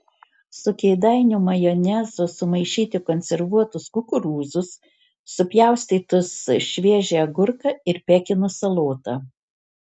su kėdainių majonezu sumaišyti konservuotus kukurūzus supjaustytus šviežią agurką ir pekino salotą